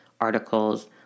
articles